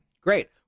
Great